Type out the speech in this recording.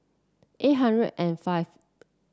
eight hundred and five